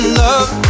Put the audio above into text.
love